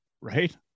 right